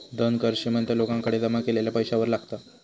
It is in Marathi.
धन कर श्रीमंत लोकांकडे जमा केलेल्या पैशावर लागता